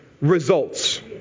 results